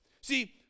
See